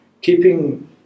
Keeping